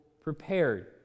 prepared